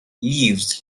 leaves